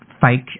fake